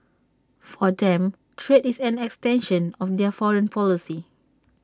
for them trade is an extension of their foreign policy